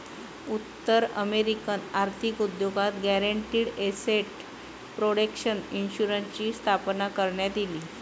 उत्तर अमेरिकन आर्थिक उद्योगात गॅरंटीड एसेट प्रोटेक्शन इन्शुरन्सची स्थापना करण्यात इली